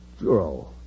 Juro